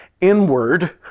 inward